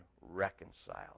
reconciled